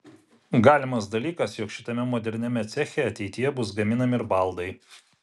galimas dalykas jog šitame moderniame ceche ateityje bus gaminami ir baldai